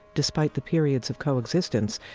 despite the periods of coexistence,